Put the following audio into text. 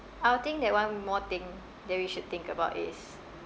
I would think that one more thing that we should think about is